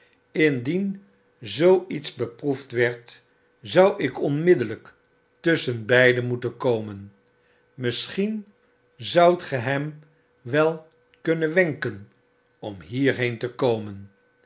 indien zoo iets beproefd werd zou ik onmiddellyktusschenbeide moeten komen misschien zoudt ge hem wel kunnen wenken om hierheen te komen